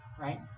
right